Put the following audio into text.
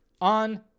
on